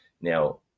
Now